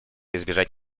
избежать